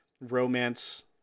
romance